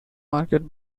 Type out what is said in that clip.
markets